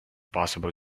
possible